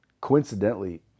coincidentally